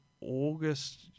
August